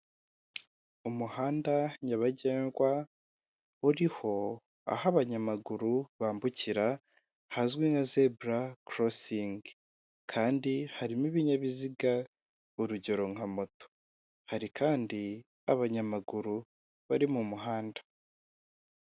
Umuhanda nyabagendwa uriho aho abanyamaguru bambukira, hazwi nka zebura korosingi, kandi harimo ibinyabiziga urugero nka moto, hari kandi abanyamaguru bari mu muhanda.